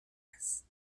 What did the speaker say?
است